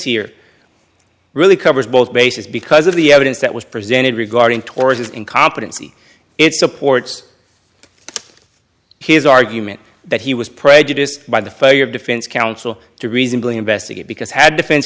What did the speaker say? here really covers both bases because of the evidence that was presented regarding taurus's incompetency it supports his argument that he was prejudiced by the failure of defense counsel to reasonably investigate because had defense